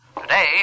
Today